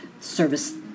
service